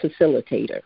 facilitator